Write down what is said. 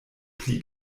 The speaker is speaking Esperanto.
pli